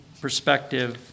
perspective